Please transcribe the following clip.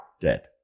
dead